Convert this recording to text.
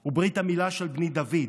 הוא ברית המילה של בני דוד.